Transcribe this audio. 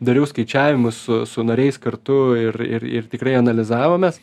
dariau skaičiavimus su su nariais kartu ir ir ir tikrai analizavomės